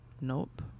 nope